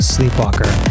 Sleepwalker